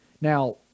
Now